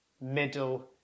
middle